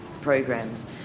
programs